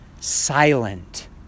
silent